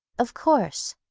of course,